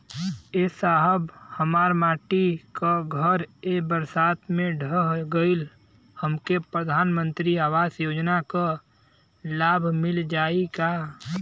ए साहब हमार माटी क घर ए बरसात मे ढह गईल हमके प्रधानमंत्री आवास योजना क लाभ मिल जाई का?